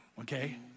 okay